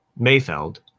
Mayfeld